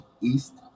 East